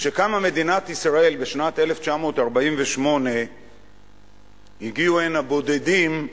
כשקמה מדינת ישראל בשנת 1948 הגיעו הנה בודדים,